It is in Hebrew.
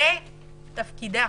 זה תפקידה.